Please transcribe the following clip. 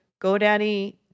GoDaddy